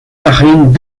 marines